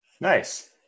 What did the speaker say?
nice